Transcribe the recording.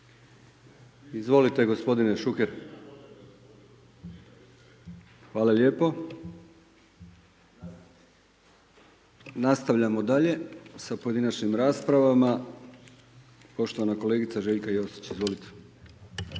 nije uključen./… Hvala lijepo. Nastavljamo dalje sa pojedinačnim raspravama, poštovana kolegica Željka Josić, izvolite.